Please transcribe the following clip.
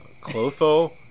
Clotho